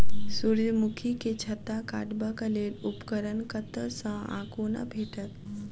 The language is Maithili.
सूर्यमुखी केँ छत्ता काटबाक लेल उपकरण कतह सऽ आ कोना भेटत?